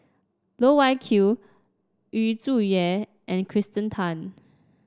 Loh Wai Kiew Yu Zhuye and Kirsten Tan